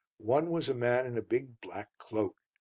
one was a man in a big black cloak.